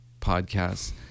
podcasts